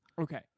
Okay